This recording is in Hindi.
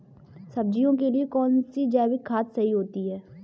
सब्जियों के लिए कौन सी जैविक खाद सही होती है?